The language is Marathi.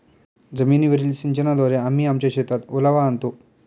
जमीनीवरील सिंचनाद्वारे आम्ही आमच्या शेतात ओलावा आणतो